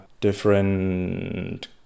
different